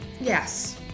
Yes